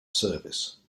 service